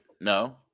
No